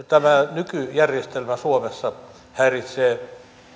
nykyjärjestelmä häiritsee